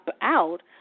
out